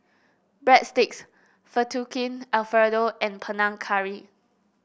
Breadsticks Fettuccine Alfredo and Panang Curry